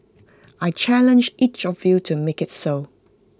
I challenge each of you to make IT so